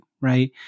right